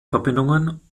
verbindungen